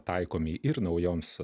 taikomi ir naujoms